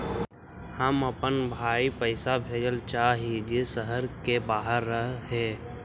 हम अपन भाई पैसा भेजल चाह हीं जे शहर के बाहर रह हे